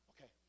Okay